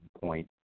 point